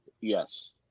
yes